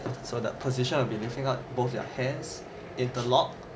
so the position will be lifting up both their hands interlock